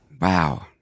wow